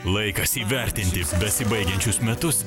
laikas įvertinti besibaigiančius metus